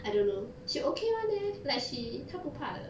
I don't know she okay [one] leh like she 她不怕的